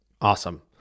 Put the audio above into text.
Awesome